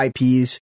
ips